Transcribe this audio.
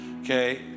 okay